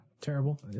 Terrible